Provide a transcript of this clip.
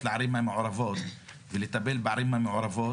לערים המעורבות ולטפל בערים המעורבות,